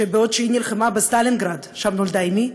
שבעוד היא נלחמה בסטלינגרד, ששם נולדה אמי,